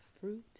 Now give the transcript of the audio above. fruit